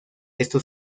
estos